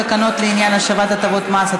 תקנות לעניין השבת הטבות מס),